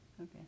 Okay